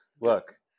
look